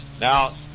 now